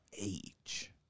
age